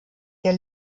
der